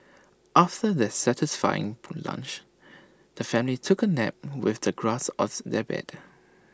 after their satisfying lunch the family took A nap with the grass as their bed